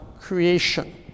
creation